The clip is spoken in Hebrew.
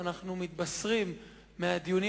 ואנחנו מתבשרים מהדיונים,